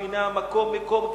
והנה המקום מקום כסף.